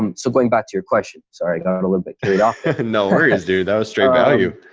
um so going back to your question, sorry, got and a little bit carried off. no worries do though string value.